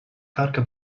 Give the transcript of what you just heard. tarka